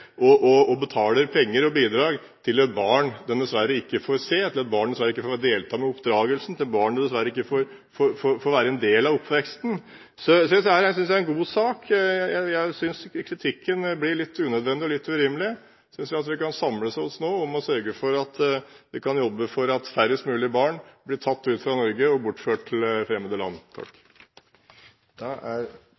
til barn de dessverre ikke får være en del av oppveksten til. Jeg synes dette er en god sak. Jeg synes kritikken blir litt unødvendig og litt urimelig. Jeg synes vi kan samle oss nå om å sørge for at vi kan jobbe for at færrest mulig barn blir tatt ut fra Norge og bortført til fremmede land.